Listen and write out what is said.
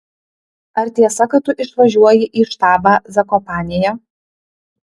ar tiesa kad tu išvažiuoji į štabą zakopanėje